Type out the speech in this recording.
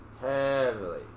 heavily